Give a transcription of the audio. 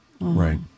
Right